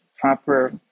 proper